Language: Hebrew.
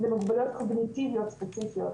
ומוגבלויות קוגניטיביות ספציפיות.